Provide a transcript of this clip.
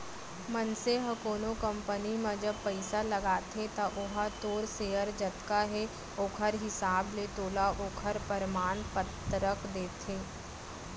मनसे ह कोनो कंपनी म जब पइसा लगाथे त ओहा तोर सेयर जतका हे ओखर हिसाब ले तोला ओखर परमान पतरक देथे